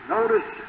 Notice